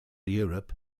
europe